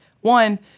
One